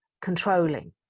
controlling